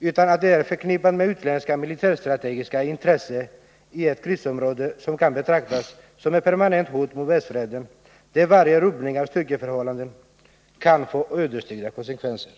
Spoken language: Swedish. utan att det är förknippat med utländska militärstrategiska intressen i ett krisområde som kan betraktas som ett permanent hot mot världsfreden, där varje rubbning av styrkeförhållandena kan få ödesdigra konsekvenser.